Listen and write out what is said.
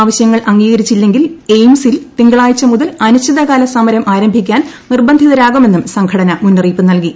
ആവശ്യങ്ങൾ അംഗീകരിച്ചില്ലെങ്കിൽ എയിംസിൽ തിങ്കളാഴ്ച മുതൽ അനിശ്ചിതകാല സമരം ആരംഭിക്കാൻ നിർബന്ധിതരാകുമെന്നും സംഘടന മുന്നറിയിപ്പ് നൽകി